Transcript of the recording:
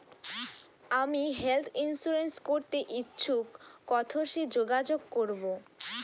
আমি health insurance করতে ইচ্ছুক কথসি যোগাযোগ করবো?